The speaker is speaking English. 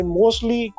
mostly